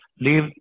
Leave